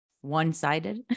one-sided